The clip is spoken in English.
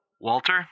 Walter